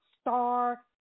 star